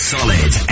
Solid